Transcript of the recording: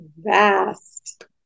vast